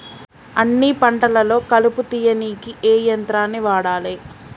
అన్ని పంటలలో కలుపు తీయనీకి ఏ యంత్రాన్ని వాడాలే?